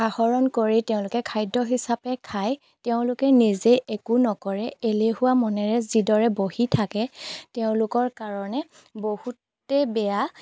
আহৰণ কৰি তেওঁলোকে খাদ্য হিচাপে খায় তেওঁলোকে নিজে একো নকৰে এলেহুৱা মনেৰে যিদৰে বহি থাকে তেওঁলোকৰ কাৰণে বহুতে বেয়া